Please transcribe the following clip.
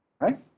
Right